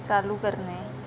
चालू करणे